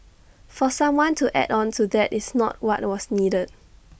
for someone to add on to that is not what was needed